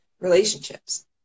relationships